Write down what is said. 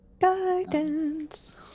Guidance